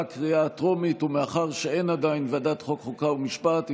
בעד, 50, אין מתנגדים, אין נמנעים.